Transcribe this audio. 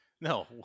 No